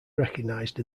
recognized